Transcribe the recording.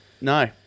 No